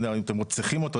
אם אתם צריכים אותו,